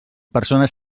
persones